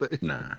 Nah